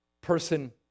person